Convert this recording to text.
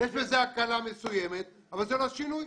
יש בזה הקלה מסוימת, אבל זה לא שינוי.